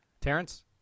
Terrence